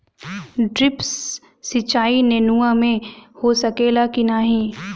Drip सिंचाई नेनुआ में हो सकेला की नाही?